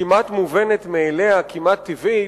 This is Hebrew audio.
כמעט מובנת מאליה, כמעט טבעית,